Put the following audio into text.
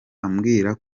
ambwira